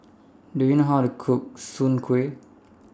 Do YOU know How to Cook Soon Kueh